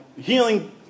healing